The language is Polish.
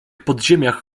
podziemiach